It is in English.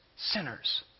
sinners